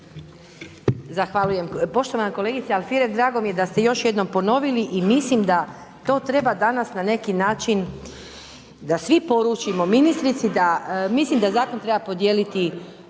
Zahvaljujem. Poštovana kolegice Alfirev drago mi je da ste još jednom ponovili i mislim da to treba danas na neki način da svi poručimo ministrici da mislim da zakon treba podijeliti